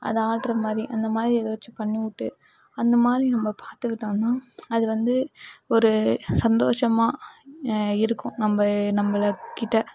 அது ஆடுற மாதிரி அந்தமாதிரி எதாச்சும் பண்ணி விட்டு அந்தமாதிரி நம்ம பார்த்துக்குட்டோனா அது வந்து ஒரு சந்தோஷமாக இருக்கும் நம்ம நம்மளக்கிட்ட